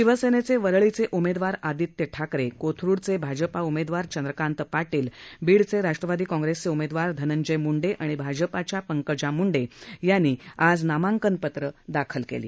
शिवसेनेचे वरळीचे उमेदवार आदित्य ठाकरे कोथरुडचे भाजपा उमेदवार चंद्रकांत पाटील बीडचे राष्ट्रवादी काँग्रेसचे उमेदवार धनंजय मुंडे आणि भाजपा उमेदवार पंकजा मुंडे यांची नामांकनपत्र आज दाखल झाली